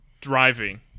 driving